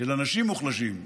של אנשים מוחלשים,